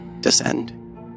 descend